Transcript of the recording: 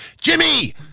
Jimmy